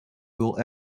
will